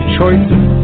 Choices